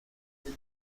روشن